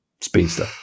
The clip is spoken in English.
speedster